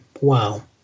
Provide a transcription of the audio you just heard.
wow